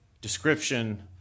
description